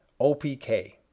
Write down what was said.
OPK